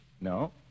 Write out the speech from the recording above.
No